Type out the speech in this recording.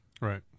Right